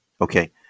Okay